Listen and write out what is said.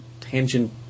Tangent